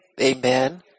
Amen